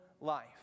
life